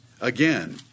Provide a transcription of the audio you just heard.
again